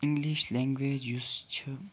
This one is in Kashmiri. اِنگلِش لینٛگویج یُس چھِ